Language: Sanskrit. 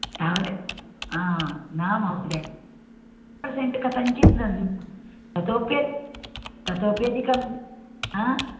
तावदेव न महोदय दशपर्सेण्ट् कथञ्चित् दद्म ततोप्यधिकं हा